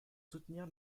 soutenir